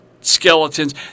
skeletons